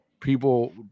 people